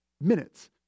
minutes